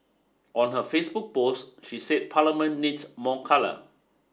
on her Facebook post she said Parliament needs more colour